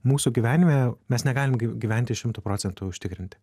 mūsų gyvenime mes negalim gyventi šimtu procentų užtikrintai